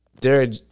Derek